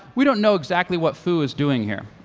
we don't know exactly what foo is doing here,